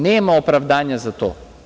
Nema opravdanja za to.